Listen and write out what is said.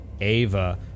Ava